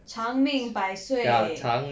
长命百岁